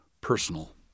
personal